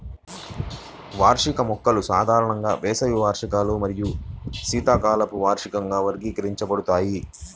వార్షిక మొక్కలు సాధారణంగా వేసవి వార్షికాలు మరియు శీతాకాలపు వార్షికంగా వర్గీకరించబడతాయి